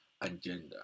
agenda